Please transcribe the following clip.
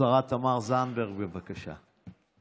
השרה תמר זנדברג, בבקשה.